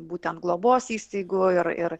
būtent globos įstaigų ir ir